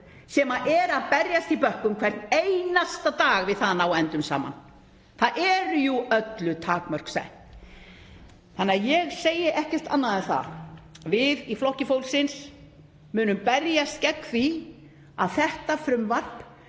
sem er að berjast í bökkum hvern einasta dag við að ná endum saman. Það eru jú öllu takmörk sett. Ég segi ekkert annað en það að við í Flokki fólksins munum berjast gegn því að þetta sem var